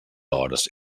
hores